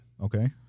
Okay